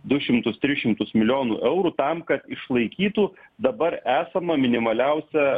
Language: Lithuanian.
du šimtus tris šimtus milijonų eurų tam kad išlaikytų dabar esamą minimaliausią